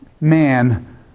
man